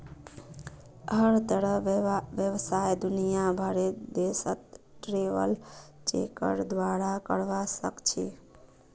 हर तरहर व्यवसाय दुनियार भरेर देशत ट्रैवलर चेकेर द्वारे करवा सख छि